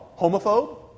homophobe